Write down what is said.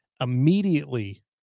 immediately